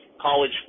college